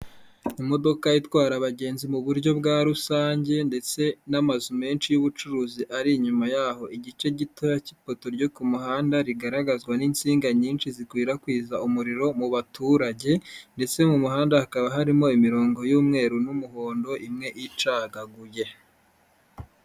Imodoka itwara abagenzi mu buryo bwa rusange, ndetse n'amazu menshi y'ubucuruzi ari inyuma yaho, igice gitoya cy'ipoto ryo ku muhanda rigaragazwa n'insinga nyinshi zikwirakwiza umuriro mu baturage, ndetse mu muhanda hakaba harimo imirongo y'umweru n'umuhondo, imwe icagaguye.